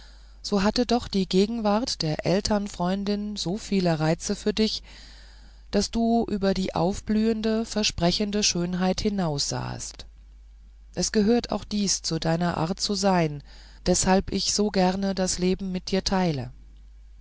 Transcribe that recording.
so hatte doch die gegenwart der ältern freundin so viele reize für dich daß du über die aufblühende versprechende schönheit hinaussahest es gehört auch dies zu deiner art zu sein deshalb ich so gern das leben mit dir teile